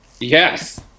Yes